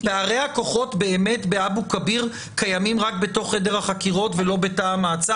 פערי הכוחות באמת באבו כביר קיימים רק בתוך חדר החקירות ולא בתא המעצר?